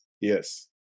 Yes